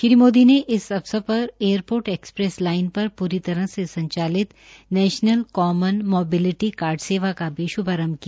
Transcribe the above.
श्री मोदी ने इस अवसर र एयर ोर्ट एक्सप्रेस लाइन र पूरी तरह से संचलित नैशनल कॉमन मोबलिटी कार्ड सेवा का भी श्रभारंभ किया